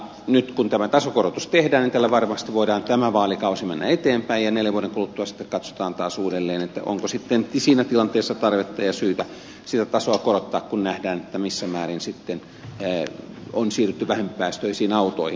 nyt kun tämä tasokorotus tehdään niin tällä varmasti voidaan tämä vaalikausi mennä eteenpäin ja neljän vuoden kuluttua sitten katsotaan taas uudelleen onko sitten siinä tilanteessa tarvetta ja syytä sitä tasoa korottaa kun nähdään että missä määrin sitten on siirrytty vähempipäästöisiin autoihin